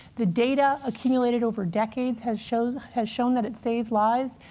the data accumulated over decades has shown has shown that it's saved lives.